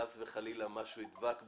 חס וחלילה, משהו ידבק בנו,